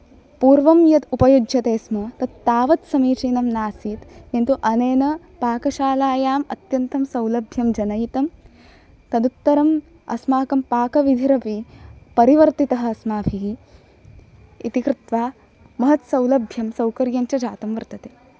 पूर्वं यत् उपयुज्यते स्म तत् तावत् समीचीनं नासीत् किन्तु अनेन पाकशालायाम् अत्यन्तं सौलभ्यं जनयितुं तदुत्तरम् अस्माकं पाकविधिरपि परिवर्तितः अस्माभिः इति कृत्वा महत् सौलभ्यं सौकर्यं च जातं वर्तते